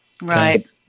Right